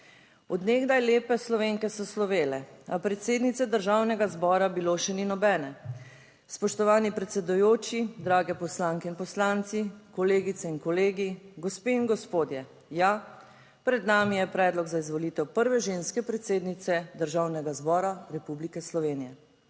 "Od nekdaj lepe Slovenke so slovele, a predsednice Državnega zbora bilo še ni nobene. Spoštovani predsedujoči, dragi poslanke in poslanci, kolegice in kolegi, gospe in gospodje! Ja, pred nami je predlog za izvolitev prve ženske predsednice Državnega zbora Republike Slovenije."